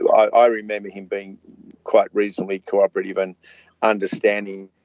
i remember him being quite reasonably cooperative and understanding.